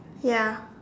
ya